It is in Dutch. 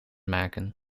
maken